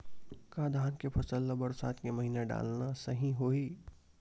का धान के फसल ल बरसात के महिना डालना सही होही?